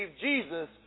Jesus